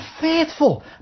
faithful